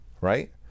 right